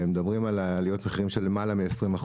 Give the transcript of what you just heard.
מדברים על עליות מחירים של למעלה מ-20%.